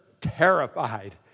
terrified